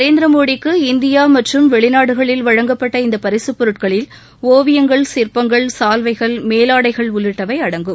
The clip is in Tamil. நரேந்திர மோடிக்கு இந்தியா மற்றும் வெளிநாடுகளில் வழங்கப்பட்ட இந்தப் பரிசுப் பொருட்களில் ஒவியங்கள் சிற்பங்கள் சால்வைகள் மேலாடைகள் உள்ளிட்டவை அடங்கும்